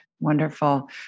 Wonderful